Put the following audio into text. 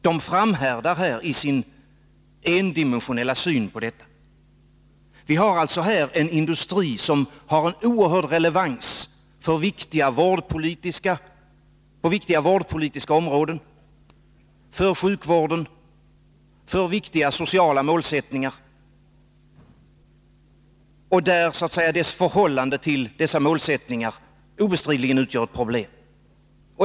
De framhärdar här i sin endimensionella syn. Det gäller alltså en industri som har en oerhörd relevans på viktiga vårdpolitiska områden, för sjukvården och för viktiga sociala målsättningar. Dess förhållande till dessa målsättningar utgör obestridligen ett problem.